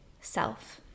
self